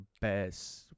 best